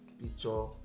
picture